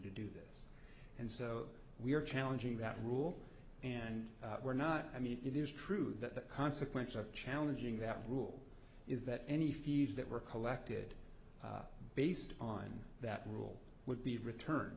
to do this and so we are challenging that rule and we're not i mean it is true that the consequence of challenging that rule is that any fees that were collected based on that rule would be return